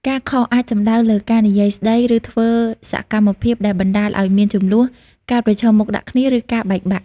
ការ "ខុស" អាចសំដៅលើការនិយាយស្តី ឬធ្វើសកម្មភាពដែលបណ្ដាលឱ្យមានជម្លោះ ការប្រឈមមុខដាក់គ្នា ឬការបែកបាក់។